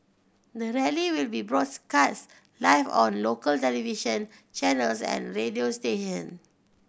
the rally will be cast live on local television channels and radio station